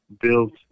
built